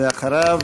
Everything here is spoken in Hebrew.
ואחריו,